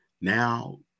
Now